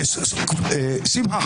אני